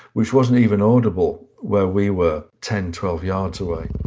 which wasn't even audible where we were ten, twelve yards away